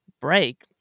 Break